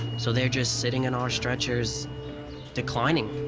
so, they're just sitting in our stretchers declining.